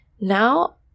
now